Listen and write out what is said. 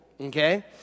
okay